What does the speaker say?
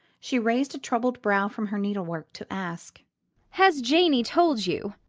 she raised a troubled brow from her needlework to ask has janey told you?